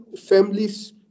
families